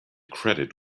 credit